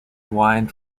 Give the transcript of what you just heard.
wines